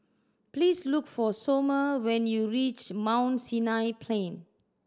please look for Somer when you reach Mount Sinai Plain